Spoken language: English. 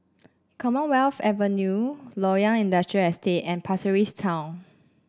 Commonwealth Avenue Loyang Industrial Estate and Pasir Ris Town